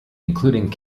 including